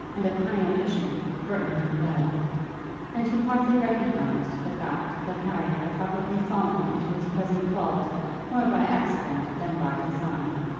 and of high ambition, burton knew well and he partly recognized the fact that harry had probably fallen into his present fault more by accident than by design.